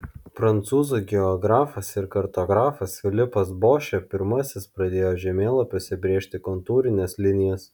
prancūzų geografas ir kartografas filipas bošė pirmasis pradėjo žemėlapiuose brėžti kontūrines linijas